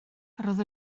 roedd